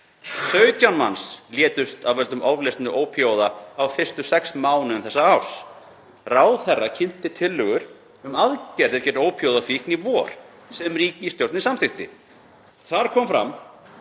17 manns létust af völdum ofneyslu ópíóíða á fyrstu sex mánuðum þessa árs. Ráðherra kynnti tillögur um aðgerðir gegn ópíóíðafíkn í vor sem ríkisstjórnin samþykkti. Þar kom fram